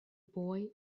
boy